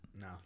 No